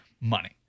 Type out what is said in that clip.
money